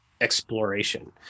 exploration